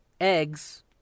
Eggs